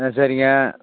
ஆ சரிங்க